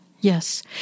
Yes